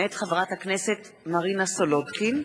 מאת חברת הכנסת מרינה סולודקין,